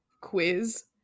quiz